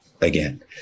again